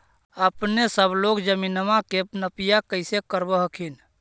अपने सब लोग जमीनमा के नपीया कैसे करब हखिन?